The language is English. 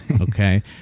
Okay